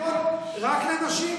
בזכויות רק לנשים?